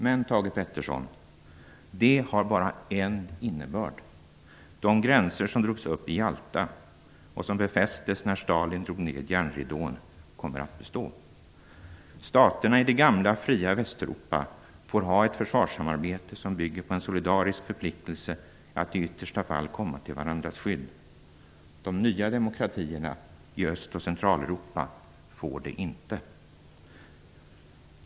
Men, Thage G Peterson, det har bara en innebörd. De gränser som drogs upp i Jalta och som befästes när Stalin drog ned järnridån kommer att bestå. Staterna i det gamla fria Västeuropa får ha ett försvarssamarbete som bygger på en solidarisk förpliktelse att i yttersta fall komma till varandras skydd. De nya demokratierna i Öst och Centraleuropa får inte detta skydd.